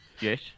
Yes